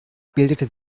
bildete